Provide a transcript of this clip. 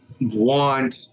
want